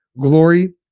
glory